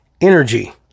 energy